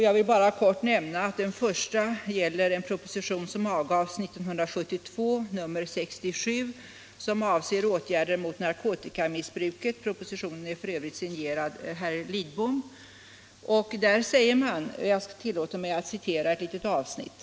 Jag vill bara helt kort nämna att den första gäller en proposition som avgavs 1972, nr 67, som avser åtgärder mot narkotikamissbruket. Propositionen är f.ö. signerad av herr Lidbom. Jag tillåter mig att citera ett litet avsnitt.